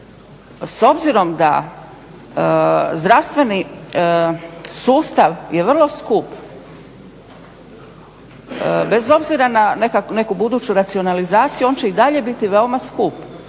S obzirom da zdravstveni sustav je vrlo skup bez obzira na neku buduću racionalizaciju on će i dalje biti veoma skup.